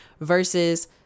versus